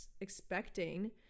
expecting